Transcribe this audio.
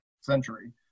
century